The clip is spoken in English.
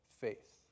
faith